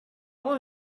want